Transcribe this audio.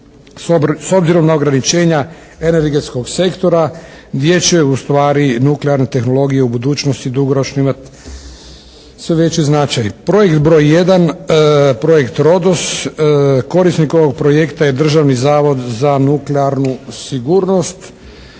s obzirom na ograničenja energetskog sektora gdje će ustvari nuklearna tehnologija u budućnosti dugoročno imati sve veći značaj. Projekt broj jedan, projekt "Rodos" korisnik ovog projekta je Državni zavod za nuklearnu sigurnost,